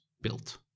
built